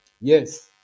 Yes